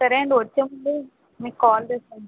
సరే అండి వచ్చేముందు మీకు కాల్ చేస్తాను